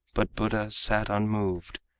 but buddha sat unmoved,